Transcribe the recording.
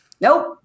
nope